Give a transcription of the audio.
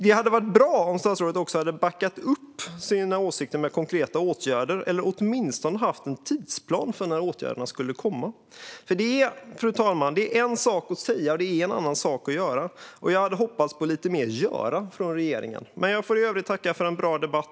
Det hade varit bra om statsrådet också hade backat upp sina åsikter med konkreta åtgärder, eller åtminstone haft en tidsplan för när åtgärderna ska komma. Det är en sak att säga något, fru talman, och en annan sak att göra det. Jag hade hoppats på lite mer "göra" från regeringen. Jag får i övrigt tacka för en bra debatt.